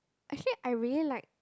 actually I really like